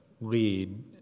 lead